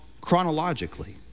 chronologically